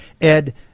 Ed